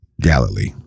Galilee